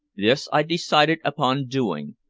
this i decided upon doing,